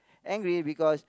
angry because